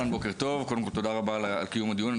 בוקר טוב ותודה רבה על קיום הדיון.